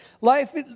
Life